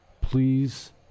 please